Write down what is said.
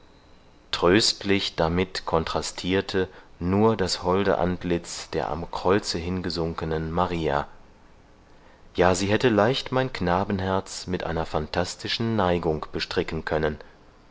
tröstlich damit kontrastierte nur das holde antlitz der am kreuze hingesunkenen maria ja sie hätte leicht mein knabenherz mit einer phantastischen neigung bestricken können